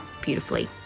beautifully